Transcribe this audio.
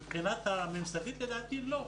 מבחינה ממסדית לדעתי לא,